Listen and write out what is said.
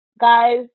guys